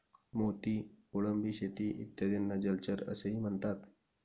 मोती, कोळंबी शेती इत्यादींना जलचर असेही म्हणतात